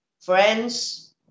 Friends